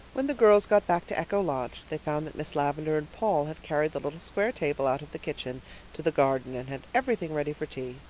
when the girls got back to echo lodge they found that miss lavendar and paul had carried the little square table out of the kitchen to the garden and had everything ready for tea.